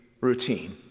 routine